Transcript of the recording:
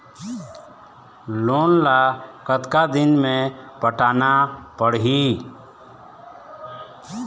Loan ला कतका दिन मे पटाना पड़ही?